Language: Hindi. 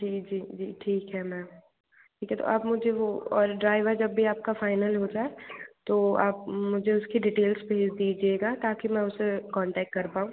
जी जी जी ठीक है मैम ठीक है तो आप मुझे वो और ड्रायवर जब भी आपका फाइनल हो जाए तो आप मुझे उसकी डिटेल्स भेज दीजिएगा ताकी मैं उसे कौन्टैक्ट कर पाऊँ